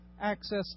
access